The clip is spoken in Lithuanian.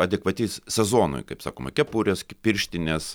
adekvati sezonui kaip sakoma kepurės pirštinės